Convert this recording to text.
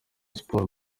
sports